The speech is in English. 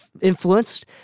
influenced